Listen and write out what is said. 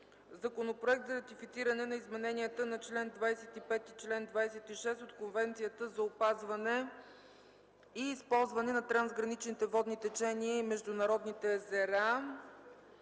Законопроект за ратифициране на измененията на чл. 25 и 26 от Конвенцията за опазване и използване на трансграничните водни течения и международните езера.